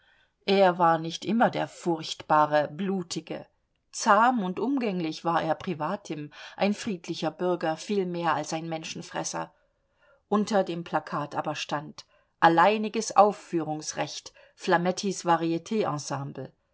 er war nicht immer der furchtbare blutige zahm und umgänglich war er privatim ein friedlicher bürger viel mehr als ein menschenfresser unter dem plakat aber stand alleiniges aufführungsrecht